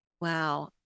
Wow